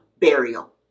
burial